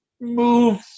move